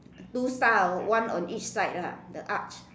two star one on each side lah the arch